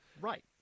Right